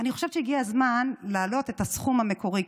אני חושבת שהגיע הזמן להעלות את הסכום המקורי,